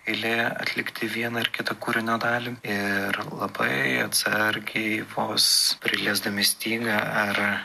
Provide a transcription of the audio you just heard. eilė atlikti vieną ar kitą kūrinio dalį ir labai atsargiai vos priliesdami stygą ar